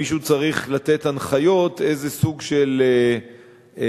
מישהו צריך לתת הנחיות איזה סוג של מיגון,